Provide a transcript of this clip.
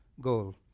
goal